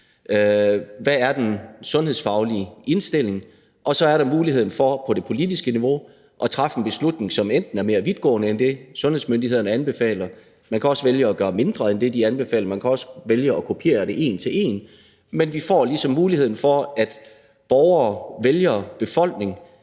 der er den sundhedsfaglige indstilling, og så er der mulighed for på det politiske niveau at træffe en beslutning, som enten er mere vidtgående end det, som sundhedsmyndighederne anbefaler, eller man kan vælge at gøre mindre end det, de anbefaler, og man kan også vælge at kopiere det en til en. Men vi får ligesom muligheden for, at borgere, vælgere, befolkning